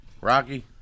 Rocky